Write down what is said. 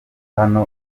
hano